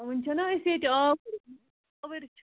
وُنہِ چھِنا أسۍ ییٚتہِ آوٕرۍ آوٕرۍ چھِ